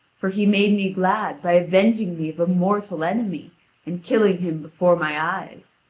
for he made me glad by avenging me of a mortal enemy and killing him before my eyes.